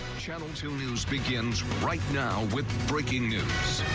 channel two news begins right now with breaking news.